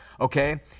okay